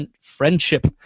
friendship